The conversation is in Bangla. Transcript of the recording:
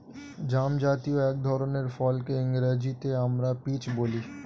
জামজাতীয় এক ধরনের ফলকে ইংরেজিতে আমরা পিচ বলি